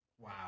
Wow